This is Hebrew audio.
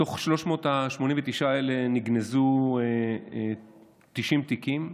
מתוך 389 האלה, נגנזו 90 תיקים,